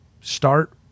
start